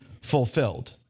fulfilled